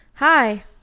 Hi